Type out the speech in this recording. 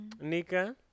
Nika